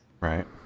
Right